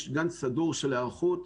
יש גאנט סדור של היערכות,